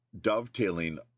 dovetailing